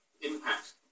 impact